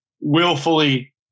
willfully